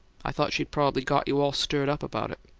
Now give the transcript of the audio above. i thought she'd prob'ly got you all stirred up about it.